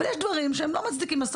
אבל דברים שהם לא מצדיקים את זה,